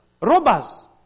robbers